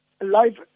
life